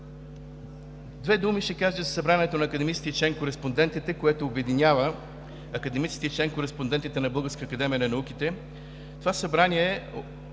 Две думи ще кажа за Събранието на академиците и член кореспондентите, което обединява академиците и член кореспондентите на Българската академия на науките. Това събрание е